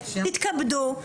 תתכבדו,